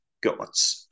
got